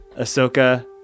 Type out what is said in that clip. Ahsoka